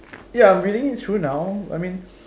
ya I'm reading it through now I mean